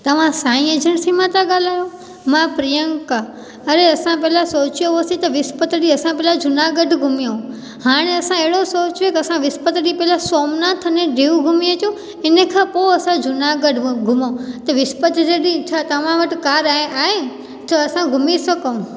तव्हां साईं जर्सी मां था ॻाल्हायो मां प्रियंका अरे असां पहिले सोचियो होसीं त विस्पति ॾींहुं असां पहिलें जूनागढ़ घुमियूं हाणे असां अहिड़ो सोचियो असां विस्पति ॾींहुं पहिले सोमनाथ अने दीव घुमी अचूं इने खां पोइ असां जूनागढ़ व घुमूं विस्पति जे ॾींहुं छा तव्हां वटि कार आहे आहे त असां घुमी सघऊं